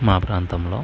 మా ప్రాంతంలో